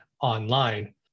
online